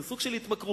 זה סוג של התמכרות.